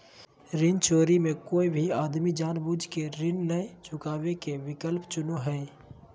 ऋण चोरी मे कोय भी आदमी जानबूझ केऋण नय चुकावे के विकल्प चुनो हय